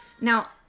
Now